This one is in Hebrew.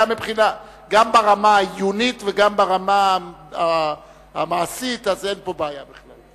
גם ברמה העיונית וגם ברמה המעשית אין בעיה בכלל.